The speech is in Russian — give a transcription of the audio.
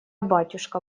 батюшка